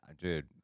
dude